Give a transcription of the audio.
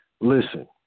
listen